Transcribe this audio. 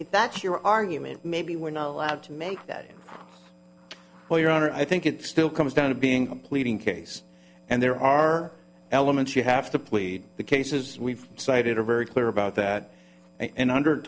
if that's your argument maybe we're not allowed to make that well your honor i think it still comes down to being on pleading case and there are elements you have to plead the cases we've cited are very clear about that and under